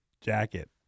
jacket